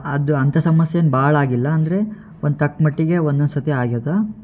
ಅದು ಅಂಥ ಸಮಸ್ಯೆ ಏನೂ ಭಾಳ ಆಗಿಲ್ಲ ಅಂದರೆ ಒಂದು ತಕ್ಕ ಮಟ್ಟಿಗೆ ಒಂದೊಂದು ಸರ್ತಿ ಆಗ್ಯದ